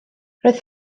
roedd